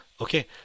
okay